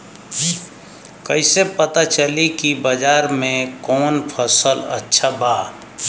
कैसे पता चली की बाजार में कवन फसल अच्छा बा?